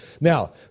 Now